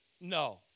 No